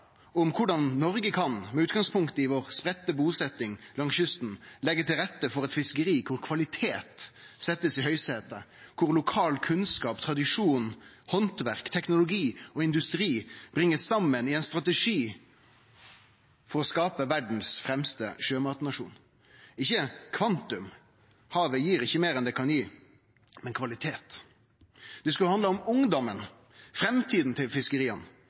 om korleis Noreg, med utgangspunkt i den spreidde busetnaden vår langs kysten, kan leggje til rette for eit fiskeri kor kvalitet blir sett i høgsetet, kor lokal kunnskap, tradisjon, handverk, teknologi og industri blir bringa saman i ein strategi for å skape den fremste sjømatnasjonen i verda – ikkje i kvantum, for havet gir ikkje meir enn det kan gi, men i kvalitet. Det skulle ha handla om ungdommen, framtida til fiskeria,